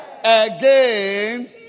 Again